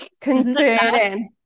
concerning